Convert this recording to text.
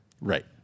Right